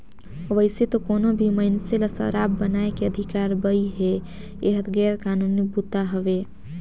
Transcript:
वइसे तो कोनो भी मइनसे ल सराब बनाए के अधिकार बइ हे, एहर गैर कानूनी बूता हवे